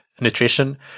nutrition